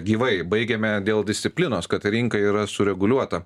gyvai baigiame dėl disciplinos kad rinka yra sureguliuota